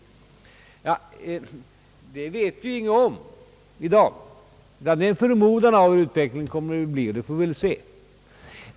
Men den saken vet vi ingenting om i dag, utan detta är en förmodan hur utvecklingen kommer att te sig, och det får vi väl se.